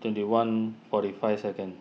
twenty one forty five second